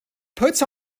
puts